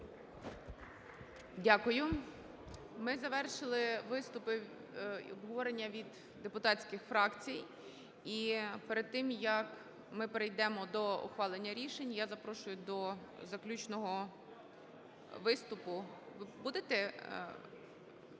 Дякую. Ми завершили виступи і обговорення від депутатських фракцій. І перед тим, як ми перейдемо до ухвалення рішень, я запрошую до заключного виступу. Ви будете?